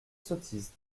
sottise